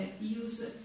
Use